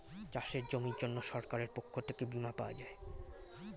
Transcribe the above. চাষের জমির জন্য সরকারের পক্ষ থেকে বীমা পাওয়া যায়